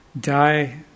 die